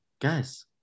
guys